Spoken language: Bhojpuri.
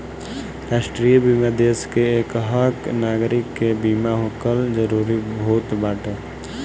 राष्ट्रीय बीमा देस के एकहक नागरीक के बीमा होखल जरूरी होत बाटे